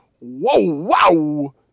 whoa-wow